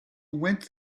went